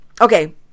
okay